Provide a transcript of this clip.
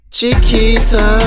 Chiquita